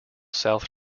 south